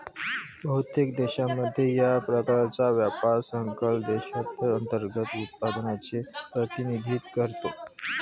बहुतेक देशांमध्ये, या प्रकारचा व्यापार सकल देशांतर्गत उत्पादनाचे प्रतिनिधित्व करतो